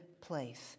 place